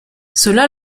cela